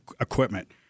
equipment